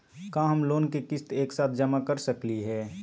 का हम लोन के किस्त एक साथ जमा कर सकली हे?